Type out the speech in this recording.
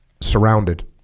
surrounded